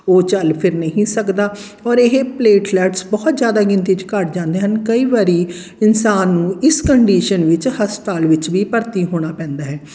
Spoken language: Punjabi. ਉਹ ਚੱਲ ਫਿਰ ਨਹੀਂ ਸਕਦਾ ਔਰ ਇਹ ਪਲੇਟਲੈਟਸ ਬਹੁਤ ਜ਼ਿਆਦਾ ਗਿਣਤੀ 'ਚ ਘੱਟ ਜਾਂਦੇ ਹਨ ਕਈ ਵਾਰੀ ਇਨਸਾਨ ਨੂੰ ਇਸ ਕੰਡੀਸ਼ਨ ਵਿੱਚ ਹਸਪਤਾਲ ਵਿੱਚ ਵੀ ਭਰਤੀ ਹੋਣਾ ਪੈਂਦਾ ਹੈ